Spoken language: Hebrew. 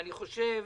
אני חושב